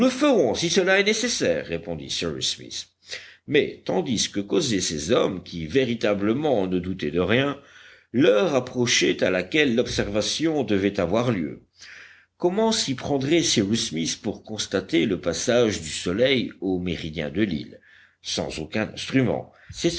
ferons si cela est nécessaire répondit cyrus smith mais tandis que causaient ces hommes qui véritablement ne doutaient de rien l'heure approchait à laquelle l'observation devait avoir lieu comment s'y prendrait cyrus smith pour constater le passage du soleil au méridien de l'île sans aucun instrument c'est